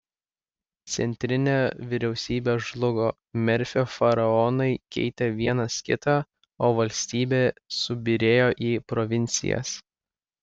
centrinė vyriausybė žlugo merfio faraonai keitė vienas kitą o valstybė subyrėjo į provincijas